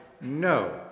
no